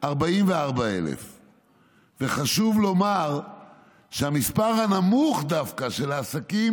44,000. חשוב לומר שהמספר של העסקים